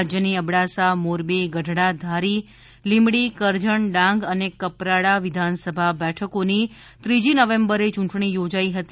રાજ્યની અબડાસા મોરબી ગઢડા ધારી લીંબડી કરજણ ડાંગ અને કપરાડા વિધાનસભા બેઠકોની ત્રીજી નવેમ્બરે ચૂંટણી યોજાઇ હતી